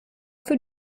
für